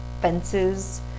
fences